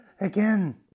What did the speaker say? again